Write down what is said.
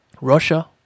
Russia